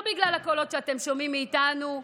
לא בגלל הקולות שאתם שומעים מאיתנו,